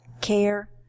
care